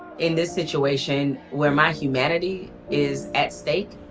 in this situation where my humanity is at stake,